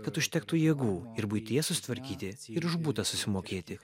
kad užtektų jėgų ir buityje susitvarkyti ir už butą susimokėti